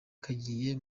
kagiye